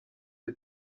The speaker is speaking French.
des